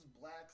blacks